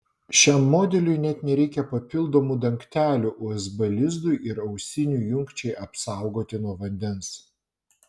šiam modeliui net nereikia papildomų dangtelių usb lizdui ir ausinių jungčiai apsaugoti nuo vandens